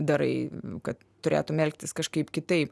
darai kad turėtume elgtis kažkaip kitaip